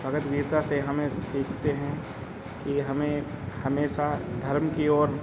भगवद गीता से हमें सीखते हैं कि हमें हमेशा धर्म की ओर